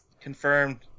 Confirmed